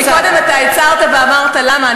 קודם אתה הצהרת ואמרת: למה,